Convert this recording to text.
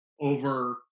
over